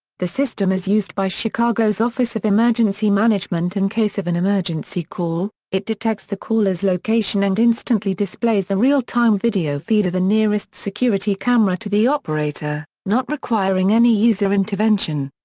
the system is used by chicago's office of emergency management in case of an emergency call it detects the caller's location and instantly displays the real-time video feed of the nearest security camera to the operator, not requiring any user intervention.